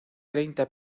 treinta